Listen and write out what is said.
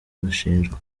bashinjwa